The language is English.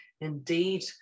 Indeed